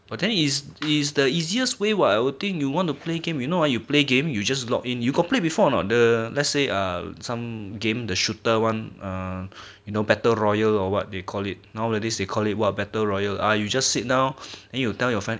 but then is is the easiest way what I would think you want to play game you know ah you play game you just log in you got play before not the let's say a some game the shooter one err you know battle royal or what they call it nowadays they call it were battle royal or you just sit down and you tell your friend